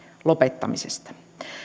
lopettamisesta